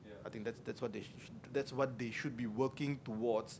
I think that's that's what they that's what they should be working toward